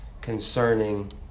concerning